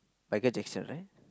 Michael-Jackson right